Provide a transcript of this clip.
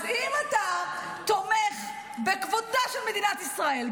אז אם אתה תומך בכבודה של מדינת ישראל,